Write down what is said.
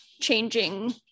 changing